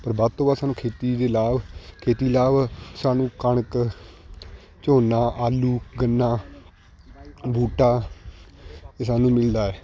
ਪਰ ਵੱਧ ਤੋਂ ਵੱਧ ਸਾਨੂੰ ਖੇਤੀ ਦੇ ਲਾਭ ਖੇਤੀ ਲਾਭ ਸਾਨੂੰ ਕਣਕ ਝੋਨਾ ਆਲੂ ਗੰਨਾ ਬੂਟਾ ਸਾਨੂੰ ਮਿਲਦਾ ਇਹ ਹੈ